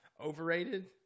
overrated